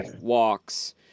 walks